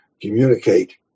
communicate